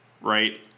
Right